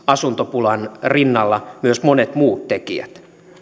asuntopulan rinnalla siis myös monet muut tekijät